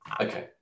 okay